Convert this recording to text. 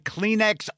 Kleenex